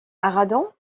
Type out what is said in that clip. arradon